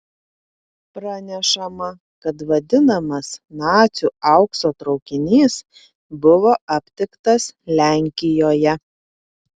pranešama kad vadinamas nacių aukso traukinys buvo aptiktas lenkijoje